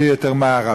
שיהיה יותר מערבי,